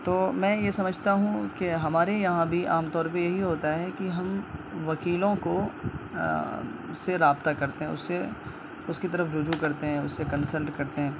تو میں یہ سمجھتا ہوں کہ ہمارے یہاں بھی عام طور پہ یہی ہوتا ہے کہ ہم وکیلوں کو سے رابطہ کرتے ہیں اس سے اس کی طرف رجوع کرتے ہیں اس سے کنسلٹ کرتے ہیں